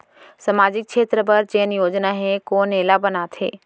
सामाजिक क्षेत्र बर जेन योजना हे कोन एला बनाथे?